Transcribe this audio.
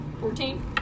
Fourteen